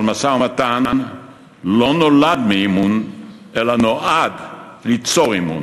אבל משא-ומתן לא נולד מאמון אלא נועד ליצור אמון.